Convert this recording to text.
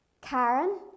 Karen